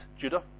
Judah